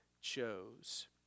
chose